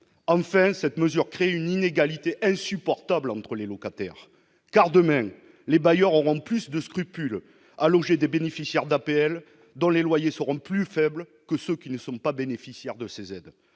en fait, cette mesure crée une inégalité insupportable entre les locataires car demain les bailleurs ont plus de scrupules à loger des bénéficiaires d'APL dont les loyers seront plus faibles que ceux qui ne sont pas bénéficiaires de ces aides,